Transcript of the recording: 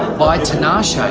by tinashe, ah